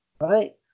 right